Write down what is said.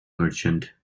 merchant